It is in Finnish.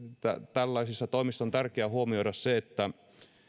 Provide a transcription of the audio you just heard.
tällaisissa toimissa on tärkeää huomioida se että